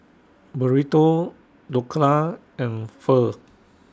Burrito Dhokla and Pho